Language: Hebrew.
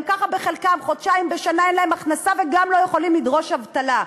גם ככה לחלקם חודשיים בשנה אין הכנסה והם לא יכולים לדרוש דמי אבטלה.